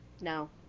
No